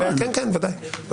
כן, כן, ודאי.